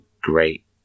great